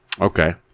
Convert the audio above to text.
Okay